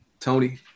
Tony